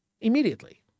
immediately